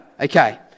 Okay